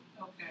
Okay